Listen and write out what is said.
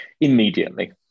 immediately